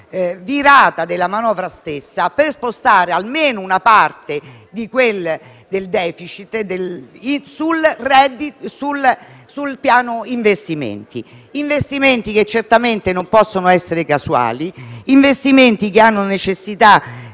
virata della manovra stessa per spostare almeno una parte del *deficit* sul piano degli investimenti. Gli investimenti certamente non possono essere casuali e hanno la necessità